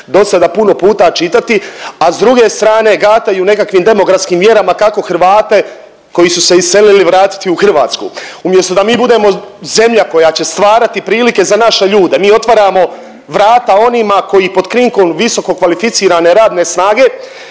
dosada puno puta čitati, a s druge strane gataju nekakvim demografskim mjerama kako Hrvate koji su se iselili vratiti u Hrvatsku. Umjesto da mi budemo zemlja koja će stvarati prilike za naše ljude mi otvaramo vrata onima koji pod krinkom visokokvalificirane radne snage